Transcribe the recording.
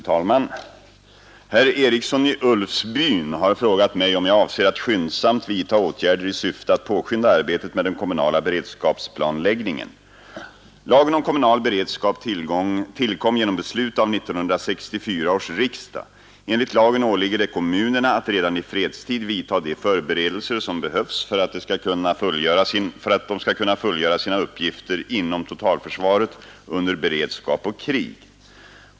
Fru talman! Herr Eriksson i Ulfsbyn har frågat mig om jag avser att skyndsamt vidta åtgärder i syfte att påskynda arbetet med den kommunala beredskapsplanläggningen. Lagen om kommunal beredskap tillkom genom beslut av 1964 års riksdag. Enligt lagen åligger det kommunerna att redan i fredstid vidta de förberedelser som behövs för att de skall kunna fullgöra sina uppgifter inom totalförsvaret under beredskap och krig.